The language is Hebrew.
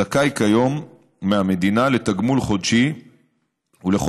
זכאי כיום מהמדינה לתגמול חודשי ולכל